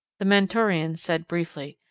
the mentorian said briefly,